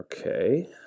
okay